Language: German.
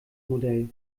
modell